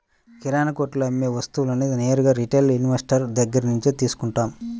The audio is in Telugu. కిరణాకొట్టులో అమ్మే వస్తువులన్నీ నేరుగా రిటైల్ ఇన్వెస్టర్ దగ్గర్నుంచే తీసుకుంటాం